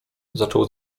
zaczął